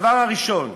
הדבר הראשון,